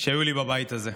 שהיו לי בבית הזה.